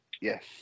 Yes